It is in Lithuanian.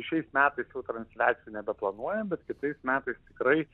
šiais metais tų transliacijų nebeplanuojam bet kitais metais tikrai